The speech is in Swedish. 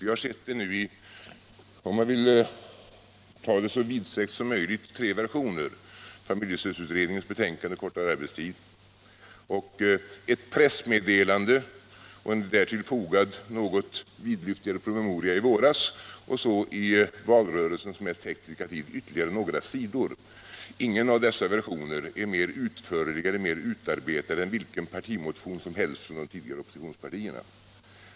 Vi har sett det — om jag skall ta det så vidsträckt som möjligt — i tre versioner: familjestödsutredningens betänkande Kortare arbetstid, ett pressmeddelande och en därtill fogad något vidlyftigare promemoria i våras samt i valrörelsens mest hektiska tid ytterligare några sidor. Ingen av dessa versioner är mer utförlig och utarbetad än vilken partimotion som helst från de tidigare oppositionspartierna.